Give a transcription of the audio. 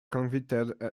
convicted